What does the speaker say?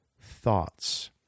thoughts